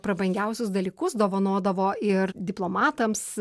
prabangiausius dalykus dovanodavo ir diplomatams